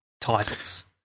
titles